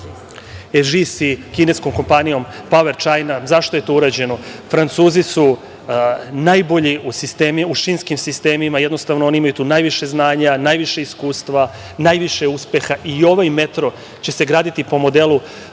i kineskom kompanijom „Pauer Čajna“. Zašto je to urađeno? Francuzi su najbolji u šinskim sistemima, jednostavno, oni imaju tu najviše znanja, najviše iskustva, najviše uspeha i ovaj metro će se graditi po modelu